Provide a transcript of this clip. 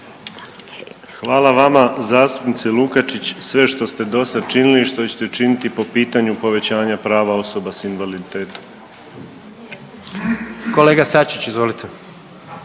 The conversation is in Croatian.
Hvala vama zastupnice Lukačić, sve što ste do sad činili i što ćete činiti po pitanju povećanja prava osoba s invaliditetom. **Jandroković, Gordan